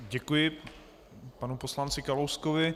Děkuji panu poslanci Kalouskovi.